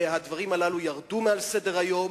והדברים הללו ירדו מעל סדר-היום.